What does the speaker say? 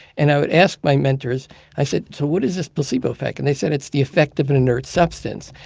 and i would ask my mentors i said, so what is this placebo effect? and they said, it's the effect of an inert substance.